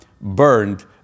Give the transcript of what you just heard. burned